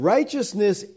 Righteousness